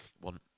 one